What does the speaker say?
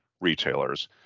retailers